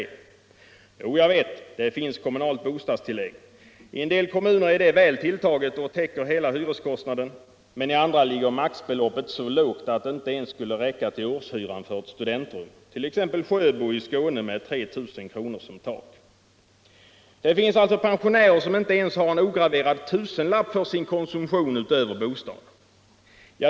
Ja visst, jag vet. Det finns kommunalt bostadstillägg. I en del kommuner är det väl tilltaget och täcker hela hyreskostnaden. Men i andra ligger maximibeloppet så lågt att det inte ens skulle räcka till årshyran för ett studentrum, t.ex. Sjöbo i Skåne med 3 000 kr. som tak. Det finns alltså pensionärer som inte ens har en ograverad tusenlapp för sin konsumtion utöver bostaden.